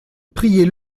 priez